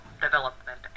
development